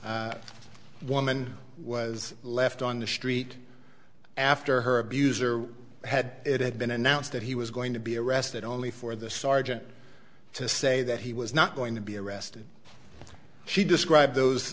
one man was left on the street after her abuser had it had been announced that he was going to be arrested only for the sergeant to say that he was not going to be arrested she described those